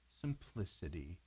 simplicity